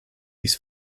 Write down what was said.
dies